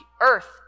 earth